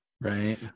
Right